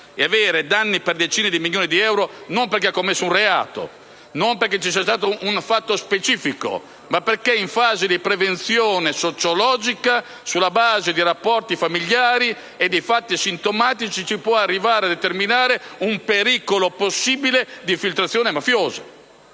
e avere danni per decine di milioni di euro, non perché abbia commesso un reato, non perché ci sia stato un fatto specifico, ma perché in fase di prevenzione sociologica, sulla base dei rapporti familiari e di fatti sintomatici, si può arrivare a configurare un pericolo possibile di infiltrazione mafiosa.